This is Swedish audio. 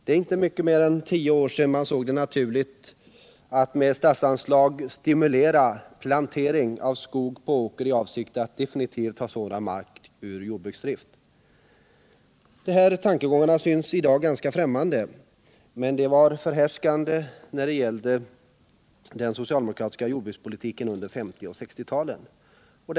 Det är inte mycket mer än tio år sedan man såg det som naturligt att med statsanslag stimulera plantering av skog på åker i avsikt att definitivt ta sådan mark ur jordbruksdrift. De här tankegångarna synes i dag ganska främmande, men de var förhärskande när det gällde den socialdemokratiska jordbrukspolitiken under 1950 och 1960-talen.